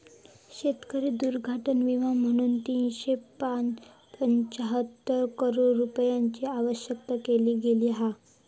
शेतकरी दुर्घटना विमा म्हणून तीनशे पंचाहत्तर करोड रूपयांची व्यवस्था केली गेली हा